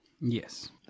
Yes